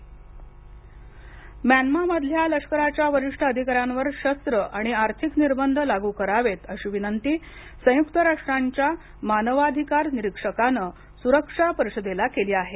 Myanmar म्यानमामधल्या लष्कराच्या वरिष्ठ अधिकाऱ्यांवर शस्त्र आणि आर्थिक निर्बंध लागू करावेत अशी विनंती संयुक्त राष्ट्रांच्या मानवाधिकार निरीक्षकानं सुरक्षा परिषदेला केली आहे